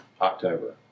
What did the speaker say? October